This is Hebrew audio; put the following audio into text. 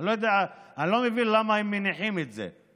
אני לא יודע, לא מבין למה הם מניחים את זה,